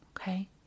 Okay